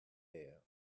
air